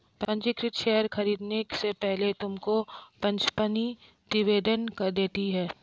पंजीकृत शेयर खरीदने से पहले तुमको कंपनी डिविडेंड देती है